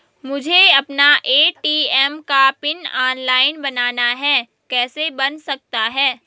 मुझे अपना ए.टी.एम का पिन ऑनलाइन बनाना है कैसे बन सकता है?